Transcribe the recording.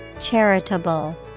Charitable